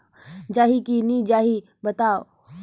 जाही की नइ जाही बताव?